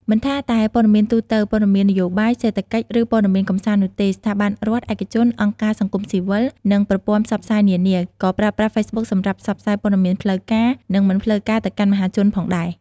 មិនថាតែព័ត៌មានទូទៅ ព័ត៌មាននយោបាយ សេដ្ឋកិច្ច ឬព័ត៌មានកម្សាន្តនោះទេ ស្ថាប័នរដ្ឋ ឯកជន អង្គការសង្គមស៊ីវិល និងប្រព័ន្ធផ្សព្វផ្សាយនានា ក៏ប្រើប្រាស់ហ្វេសប៊ុកសម្រាប់ផ្សព្វផ្សាយព័ត៌មានផ្លូវការ និងមិនផ្លូវការទៅកាន់មហាជនផងដែរ។